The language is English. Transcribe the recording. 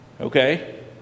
Okay